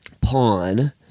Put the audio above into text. pawn